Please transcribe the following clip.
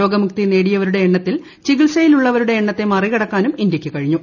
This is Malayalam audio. രോഗമുക്തി നേടിയവരുടെ എണ്ണത്തിൽ ചികിത്സയിലുള്ളവരുടെ എണ്ണത്തെ മറികടക്കാനും ഇന്ത്യക്ക് കഴിഞ്ഞു